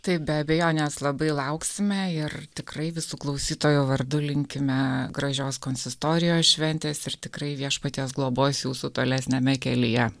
taip be abejonės labai lauksime ir tikrai visų klausytojų vardu linkime gražios konsistorijos šventės ir tikrai viešpaties globos jūsų tolesniame kelyje